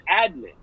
admin